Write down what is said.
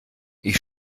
ich